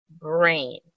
brain